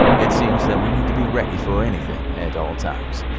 it seems that we need to be ready for anything at all times.